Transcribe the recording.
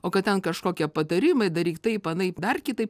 o kad ten kažkokie patarimai daryk taip anaip dar kitaip